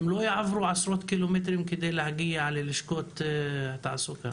הן לא יעברו עשרות קילומטרים כדי להגיע ללשכות תעסוקה.